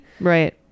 Right